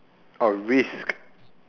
orh risk